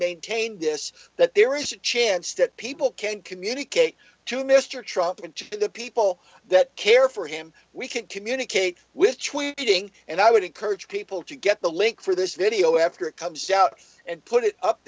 maintain this that there is a chance that people can communicate to mr trump and to the people that care for him we can communicate with tweeting and i would encourage people to get the link for this video after it comes out and put it up